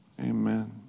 amen